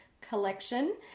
collection